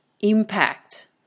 impact